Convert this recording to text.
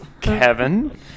Kevin